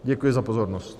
Děkuji za pozornost.